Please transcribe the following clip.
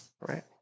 right